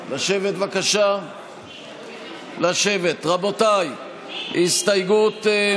אתם יודעים שלפני שנים מעטות איבדה